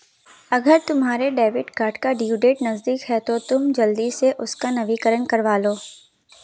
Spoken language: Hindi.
अगर तुम्हारे डेबिट कार्ड की ड्यू डेट नज़दीक है तो तुम जल्दी से उसका नवीकरण करालो